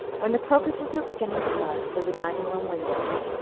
when the crocuses were beginning to bud under the dining-room windows,